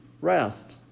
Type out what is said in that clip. rest